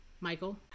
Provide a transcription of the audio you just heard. Michael